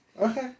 Okay